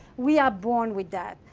we are born with that.